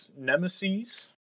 nemesis